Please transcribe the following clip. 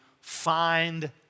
find